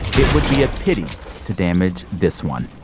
it would be a pity to damage this one.